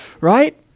right